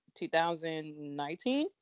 2019